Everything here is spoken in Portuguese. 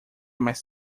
mais